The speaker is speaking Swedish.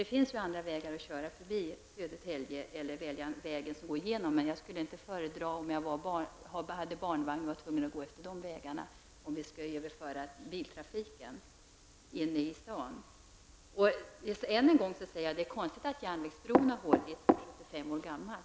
Det finns ju andra sätt att köra förbi Södertälje eller att låta trafiken gå genom Södertälje. Men om jag hade barnvagn skulle jag inte vilja gå på de vägar som genomfartstrafiken skulle ta genom staden. Jag vill än en gång säga att det är konstigt att den 75 år gamla järnvägsbron har hållit.